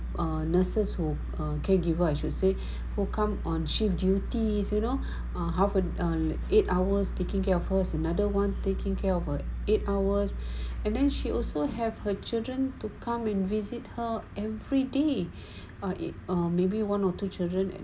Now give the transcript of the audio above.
err nurses who caregiver I should say who come on shift duties you know um half and eight hours taking care of her another one taking care of a eight hours and then she also have her children to come and visit her everyday err maybe one or two children